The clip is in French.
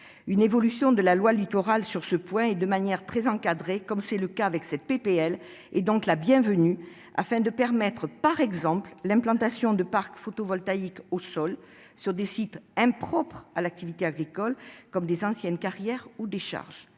Une évolution de la loi Littoral sur ce point, de manière très encadrée, comme c'est le cas avec cette proposition de loi est donc la bienvenue pour permettre, par exemple, l'implantation de parcs photovoltaïques au sol sur des sites impropres à l'activité agricole, comme des anciennes carrières ou décharges.